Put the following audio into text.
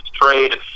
trade